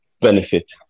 benefit